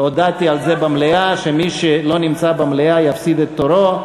הודעתי במליאה שמי שלא נמצא במליאה יפסיד את תורו.